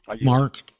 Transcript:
Mark